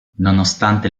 nonostante